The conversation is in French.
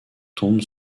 tombent